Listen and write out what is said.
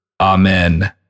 Amen